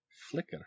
flicker